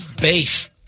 base